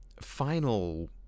final